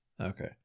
Okay